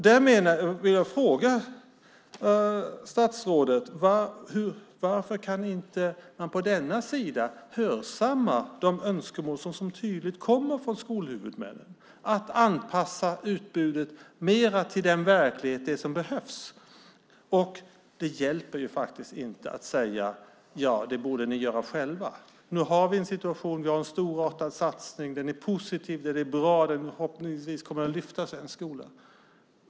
Där vill jag fråga statsrådet: Varför kan ni inte på denna sida hörsamma de önskemål som så tydligt kommer från skolhuvudmännen om att anpassa utbudet mer till verkligheten och det som behövs? Och det hjälper faktiskt inte att säga: Det borde ni göra själva. Nu har vi en situation. Vi har en storartad satsning. Den är positiv. Den är bra. Den kommer förhoppningsvis att lyfta svensk skola.